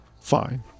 Fine